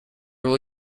will